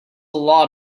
lot